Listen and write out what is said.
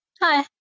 Hi